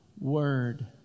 word